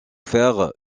faire